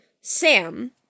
Sam